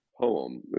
poem